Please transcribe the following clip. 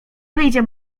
wyjdzie